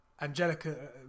angelica